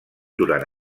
durant